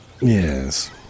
Yes